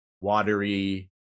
watery